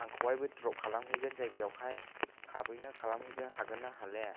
आंखौहाय बै द्रप खालामहैगोन जायगायावहाय थाबैनो खालामहैगोन हागोनना हाला